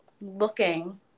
looking